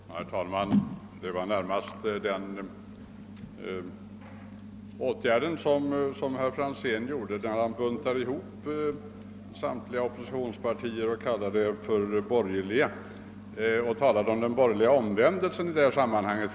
Herr talman! Herr Franzén gjorde, som man har för ovana att göra från socialdemokratiskt håll i vissa diskussio ner, buntade ihop samtliga oppositionspartier, kallade dem för borgerliga och talade om den borgerliga omvändelsen i detta sammanhang.